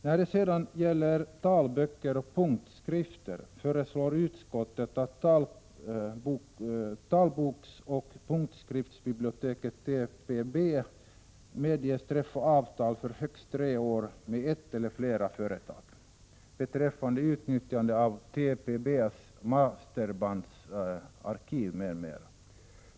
När det gäller talböcker och punktskrift föreslår utskottet att talboksoch punktskriftsbiblioteket får bemyndigande att träffa avtal för högst tre år med ett eller flera företag beträffande utnyttjande av TPB:s masterbandsarkiv m.m.